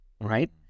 right